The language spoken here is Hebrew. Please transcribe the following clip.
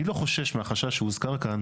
אני לא חושש מהחשש שהוזכר כאן,